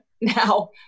Now